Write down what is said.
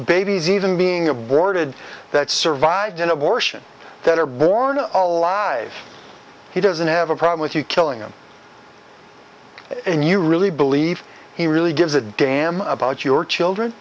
babies even being aborted that survived an abortion that are born alive he doesn't have a problem with you killing him and you really believe he really gives a damn about your children